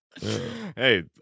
Hey